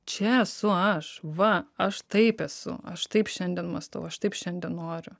čia esu aš va aš taip esu aš taip šiandien mąstau aš taip šiandien noriu